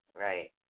Right